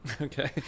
Okay